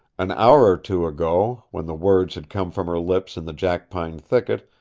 an hour or two ago, when the words had come from her lips in the jackpine thicket,